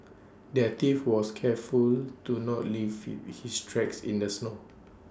the thief was careful to not leave he his tracks in the snow